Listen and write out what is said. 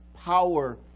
power